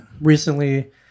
recently